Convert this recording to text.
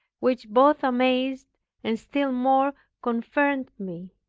which both amazed and still more confirmed me